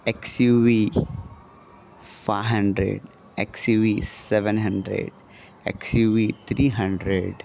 XUV five hundred XUV seven hundred XUV three hundred